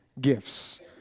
gifts